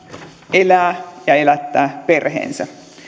elää ja elättää perheensä